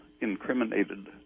incriminated